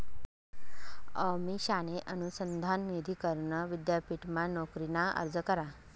अमिषाने अनुसंधान निधी करण विद्यापीठमा नोकरीना अर्ज करा